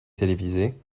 télévisée